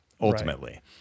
Ultimately